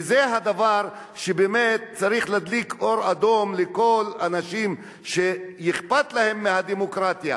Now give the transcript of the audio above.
וזה הדבר שבאמת צריך להדליק אור אדום לכל האנשים שאכפת להם מהדמוקרטיה,